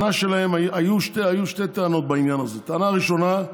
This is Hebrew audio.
היו שתי טענות בעניין הזה: טענה ראשונה,